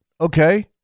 okay